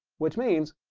which means,